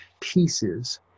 pieces